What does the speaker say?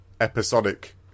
episodic